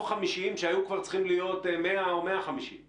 ה-50 מיליון שקלים שהיו כבר צריכים להיות 100 או 150 מיליון שקלים.